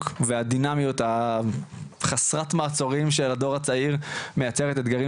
והדינמיות החסרת מעצורים של הדור הצעיר מייצרת אתגרים